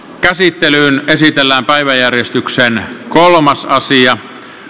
käsittelyyn esitellään päiväjärjestyksen kolmas asia